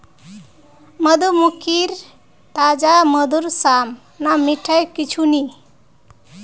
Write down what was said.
मधुमक्खीर ताजा मधुर साम न मिठाई कुछू नी